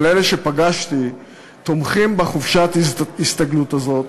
אבל אלה שפגשתי תומכים בחופשת ההסתגלות הזאת,